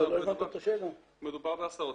מדובר בעשרות.